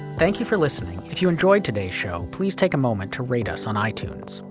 thank you for listening, if you enjoyed today's show please take a moment to rate us on ah itunes.